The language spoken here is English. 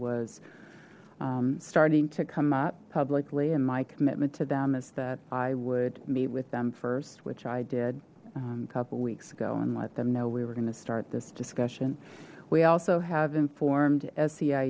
was starting to come up publicly and my commitment to them is that i would meet with them first which i did a couple weeks ago and let them know we were going to start this discussion we also have informed